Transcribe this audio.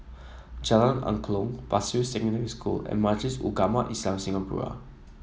Jalan Angklong Pasir Secondary School and Majlis Ugama Islam Singapura